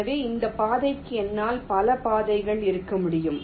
எனவே இந்த பாதைக்கு என்னால் பல பாதைகள் இருக்க முடியும்